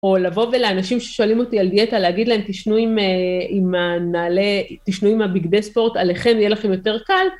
או לבוא ולאנשים ששואלים אותי על דיאטה, להגיד להם, תשנו עם הנעלי, תשנו עם הביגדי ספורט, עליכם יהיה לכם יותר קל.